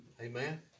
Amen